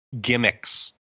gimmicks